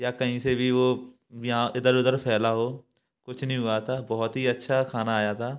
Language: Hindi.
या कहीं से भी वो यहाँ इधर उधर फ़ैला हो कुछ नहीं हुआ था बहुत ही अच्छा खाना आया था